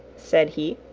said he